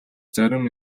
зарим